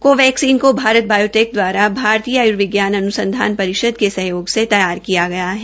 Covaxin को भारत बायोटेक द्वारा भारतीय आय्र्विज्ञान अन्संधान परिष्द के सहयोग से तैयार किया गया है